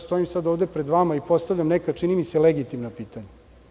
Stojim sad ovde pred vama i postavljam neka, čini mi se, legitimna pitanja.